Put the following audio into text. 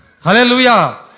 Hallelujah